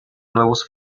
nuevos